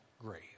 grave